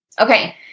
Okay